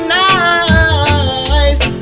nice